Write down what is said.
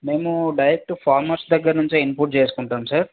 మేము direct farmers దగ్గర నుంచి ఇంపోర్ట్ చేసుకుంటాం సార్